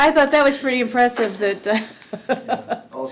i thought that was pretty impressive